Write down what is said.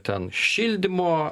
ten šildymo